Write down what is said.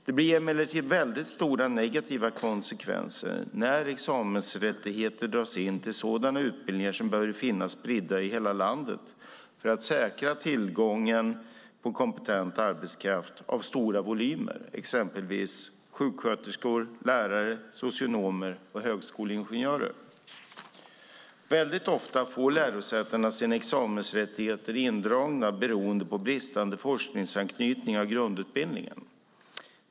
Det blir emellertid väldigt stora negativa konsekvenser när examensrättigheter dras in på sådana utbildningar som behöver finnas spridda över hela landet för att säkra tillgången på kompetent arbetskraft av stora volymer, exempelvis sjuksköterskor, lärare, socionomer och högskoleingenjörer. Väldigt ofta får lärosätena sina examensrättigheter indragna beroende på bristande forskningsanknytning i grundutbildningen.